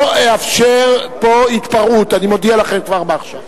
לא אאפשר פה התפרעות, אני מודיע לכם כבר עכשיו.